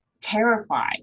terrified